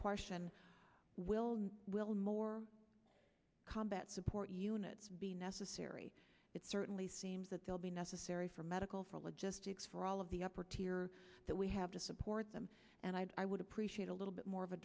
question will will more combat support units be necessary it certainly seems that they'll be necessary for medical for logistic for all of the upper tier that we have to support them and i would appreciate a little bit more of a